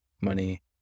money